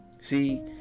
See